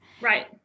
Right